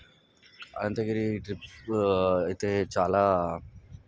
Anantagiri trip అయితే చాలా